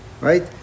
right